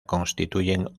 constituyen